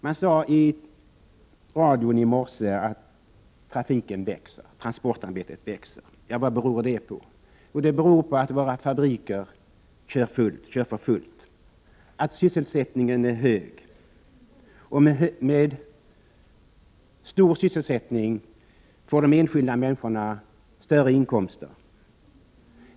Man sade i radion i morse att trafiken växer och att transportarbetet växer. Vad beror det på? Jo, det beror på att våra fabriker kör för fullt, att sysselsättningen är hög, och med hög sysselsättningsgrad får de enskilda människorna större inkomster.